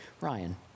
Ryan